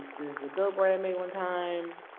is a billboard i made one time.